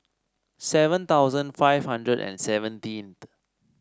seven thousand five hundred and seventeenth